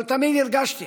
אבל תמיד הרגשתי